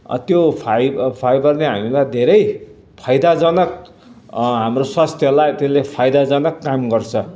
त्यो फाइबर फाइबरले हामीलाई धेरै फाइदाजनक हाम्रो स्वास्थ्यलाई त्यसले फाइदाजनक काम गर्छ